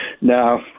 No